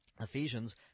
Ephesians